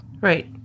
Right